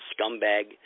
scumbag